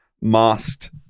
masked